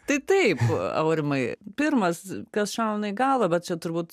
tai taip aurimai pirmas kas šauna į galvą bet čia turbūt